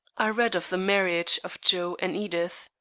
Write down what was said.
i read of the marriage of joe and edith.